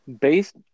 Based